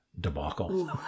debacle